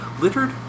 littered